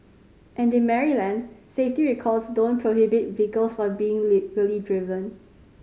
and in Maryland safety recalls don't prohibit vehicles from being legally driven